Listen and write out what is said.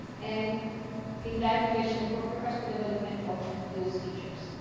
and in that relation for professional development of those teachers.